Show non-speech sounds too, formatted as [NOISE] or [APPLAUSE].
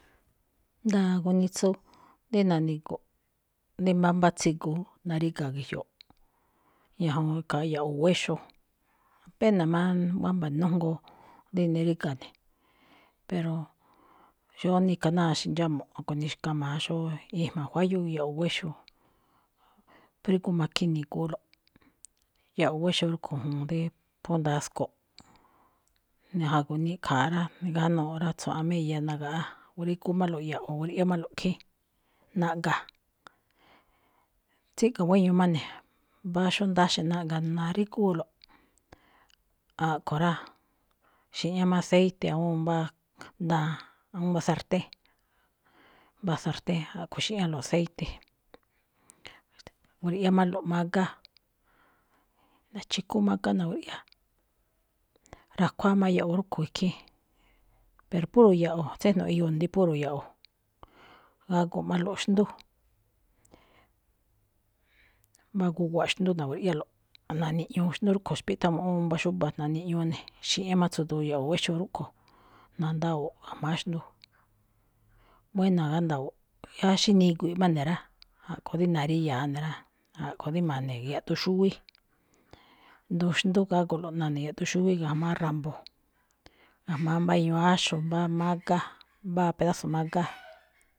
Nda̱a̱ gunitsú dí na̱ni̱gu̱ꞌ dí mbámbá tsigu jún, naríga̱ ge̱jyoꞌ, ñajuun khaa ya̱ꞌwo̱ wéxoo, péna̱ má wámba̱ nenójngoo dí niríga̱ ne̱, pero xóó nika náa xi̱ndxámuꞌ, a̱ꞌkho̱ ni̱xkama̱a xóó i̱jma̱ wájyúú ya̱ꞌwo̱ wéxoo, frígú makiin ni̱gu̱ulo̱ꞌ. Ya̱ꞌwo̱ wéxoo rúꞌkho̱ juun dí phú ndasko̱ꞌ. Ja̱go̱ niꞌkha̱aꞌ rá, gánúuꞌ rá, tsuaꞌan má iya nagaꞌá, ngrígúmálo̱ꞌ ya̱ꞌwo̱ grui̱ꞌyámálo̱ꞌ khín, naꞌga̱. Tsíꞌga̱ guéño má ne̱, mbá xó ndáxe̱ naꞌga̱ ne̱, na̱rígúulo̱ꞌ. A̱ꞌkho̱ rá, xi̱ꞌñá má aceite awúun mbá daan, awúun mbá sartén, mbá sartén a̱ꞌkhue̱n xi̱ꞌñálo̱ꞌ aceite. [NOISE] grui̱ꞌyámálo̱ꞌ mágá, na̱chi̱kú mágá na̱grui̱ꞌyá, ra̱ꞌkháa má ya̱ꞌwo̱ rúꞌkhue̱n ikhín, pero puro ya̱ꞌwo̱, tséjno̱ꞌ iyoo ne̱, rí puro ya̱ꞌwo̱. Gágo̱málo̱ꞌ xndú, [HESITATION] mbá gu̱wa̱ꞌ xndú na̱grui̱ꞌyálo̱ꞌ, na̱niꞌñuu xndú rúꞌkho̱, xpíꞌthámuꞌúun mbá xúba̱, na̱niꞌñuu ne̱, xi̱ꞌñá má tsu̱du̱u̱ ya̱ꞌwo̱ wéyoo rúꞌkho̱, na̱ndáwo̱o̱ꞌ ga̱jma̱á xndú, buína̱ gánda̱wo̱o̱ꞌ. Yáá xí nígui̱i̱ꞌ má ne̱ rá, a̱ꞌkho̱ rí na̱ríya̱aꞌ ne̱ rá, a̱ꞌkhue̱n dí ma̱ne yaꞌduun xúwí, [NOISE] nduun xndú gágo̱lo̱ꞌ na̱ne̱ yaꞌduun xúwí ga̱jma̱á [NOISE] ra̱mbo̱, ga̱jma̱á mbá iñuu áxo̱ [NOISE] mbá mágá, mbáa pedazo mágá. [NOISE]